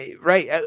right